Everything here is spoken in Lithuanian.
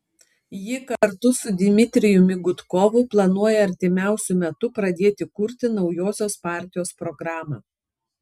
ji kartu su dmitrijumi gudkovu planuoja artimiausiu metu pradėti kurti naujosios partijos programą